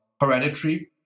Hereditary